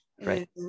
Right